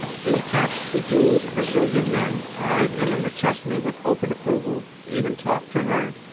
the fat, bejeweled brazilian men eyed emma mcchesney with open approval, even talked to her,